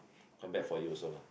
quite bad for you also lah